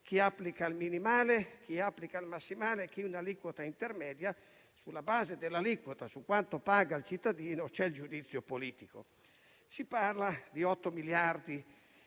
chi applica il minimale, chi il massimale, chi un'aliquota intermedia; sulla base dell'aliquota, su quanto paga il cittadino, c'è il giudizio politico. In questi giorni